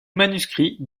manuscrit